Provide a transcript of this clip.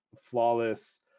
flawless